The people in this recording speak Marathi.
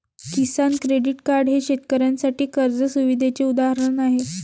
किसान क्रेडिट कार्ड हे शेतकऱ्यांसाठी कर्ज सुविधेचे उदाहरण आहे